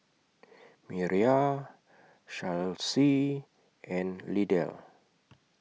Miriah Charlsie and Lydell